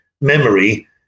memory